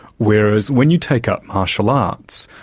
whereas when you take up martial arts,